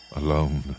alone